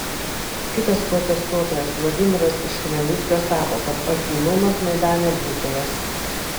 kitas protestuotojas vladimiras iš chmelnickio sako kad akylumas maidane būtinas